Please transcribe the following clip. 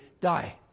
die